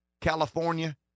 California